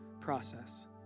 process